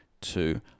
two